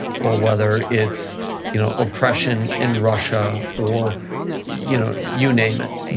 or whether it's you know oppression in russia, or you know you name it,